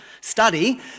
study